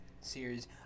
series